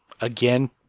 again